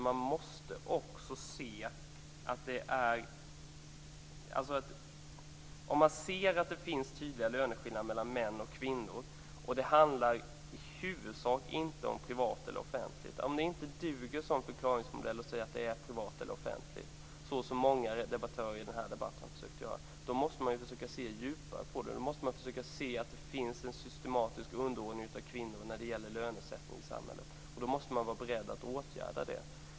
Om man ser att det finns tydliga löneskillnader mellan män och kvinnor duger det inte som förklaringsmodell att säga att det beror på skillnader mellan privat och offentligt, så som många debattörer i denna debatt har försökt göra. Då måste man försöka se djupare. Man måste försöka se att det finns en systematisk underordning av kvinnor när det gäller lönesättning i samhället. Då måste man vara beredd att åtgärda det.